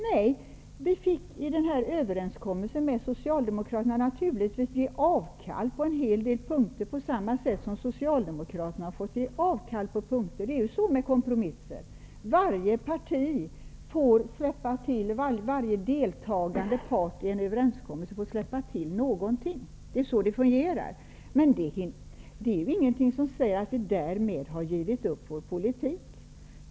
Nej, vi fick i den här överenskommelsen med Socialdemokraterna naturligtvis göra avkall på en hel del punkter, på samma sätt som Socialdemokraterna fick göra det. Det är ju så med kompromisser -- varje deltagande part i en överenskommelse får släppa till någonting. Det är så det fungerar. Men det är ju ingenting som säger att vi därmed har givit upp vår politik.